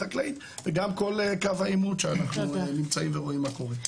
חקלאית וגם כל קו העימות שאנחנו נמצאים ורואים מה קורה.